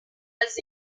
has